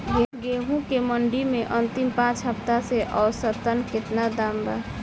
गेंहू के मंडी मे अंतिम पाँच हफ्ता से औसतन केतना दाम बा?